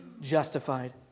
justified